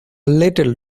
little